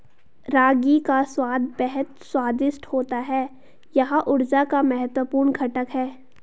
रागी का स्वाद बेहद स्वादिष्ट होता है यह ऊर्जा का महत्वपूर्ण घटक है